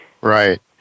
Right